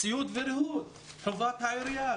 ציוד וריהוט זה חובת העירייה.